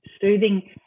soothing